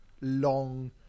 long